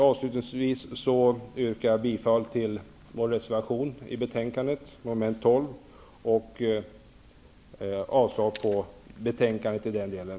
Avslutningsvis yrkar jag bifall till vår reservation i betänkandet under mom. 12 och avslag på utskottets hemställan i den delen.